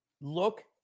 Look